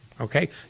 okay